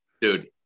Dude